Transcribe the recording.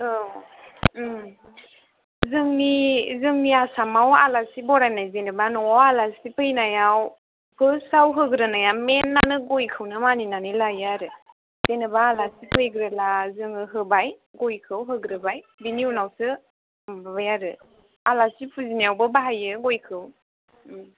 औ जोंनि जोंनि आसामाव आलासि बरायनाय जेनेबा न'आव आलासि फैनायाव फार्स्टआव होग्रोनाया मेइनआनो गयखौनो मानिनानै लायो आरो जेनेबा आलासि फैयोब्ला जोङो होबाय गयखौ होग्रोबाय बेनि उनावसो माबाबाय आरो आलासि फुजिनायावबो बाहायो गयखौ